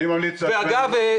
אגב,